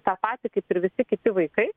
tą patį kaip ir visi kiti vaikai